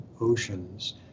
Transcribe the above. Oceans